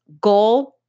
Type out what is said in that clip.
goal